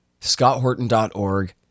ScottHorton.org